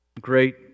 Great